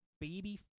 baby